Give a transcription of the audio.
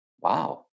wow